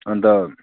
अन्त